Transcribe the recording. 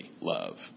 love